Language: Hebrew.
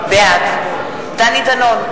בעד דני דנון,